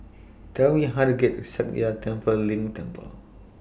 Tell Me How to get to Sakya Tenphel Ling Temple